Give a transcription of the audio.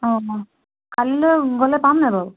অঁ কাইলৈ গ'লে পামনে বাৰু